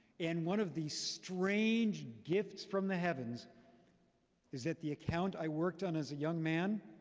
and one of the strange gifts from the heavens is that the account i worked on as a young man,